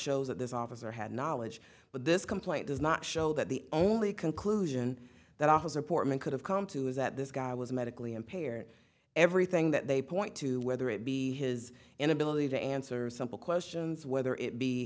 shows that this officer had knowledge but this complaint does not show that the only conclusion that one has or portman could have come to is that this guy was medically impaired everything that they point to whether it be his inability to answer simple questions whether it be